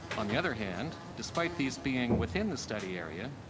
on the other hand, despite these being within the study area,